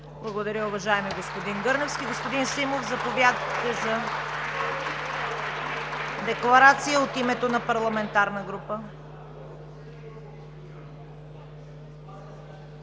Благодаря Ви, уважаеми господин Гърневски. Господин Симов, заповядайте за декларация от името на парламентарната група.